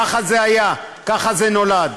ככה זה היה, ככה זה נולד.